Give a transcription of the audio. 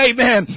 Amen